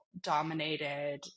dominated